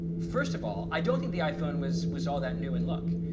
first of all, i don't think the iphone was was all that new in look.